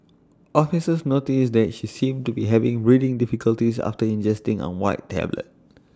officers noticed that she seemed to be having breathing difficulties after ingesting A white tablet